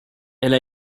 elle